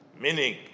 meaning